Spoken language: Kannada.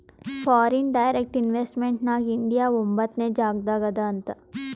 ಫಾರಿನ್ ಡೈರೆಕ್ಟ್ ಇನ್ವೆಸ್ಟ್ಮೆಂಟ್ ನಾಗ್ ಇಂಡಿಯಾ ಒಂಬತ್ನೆ ಜಾಗನಾಗ್ ಅದಾ ಅಂತ್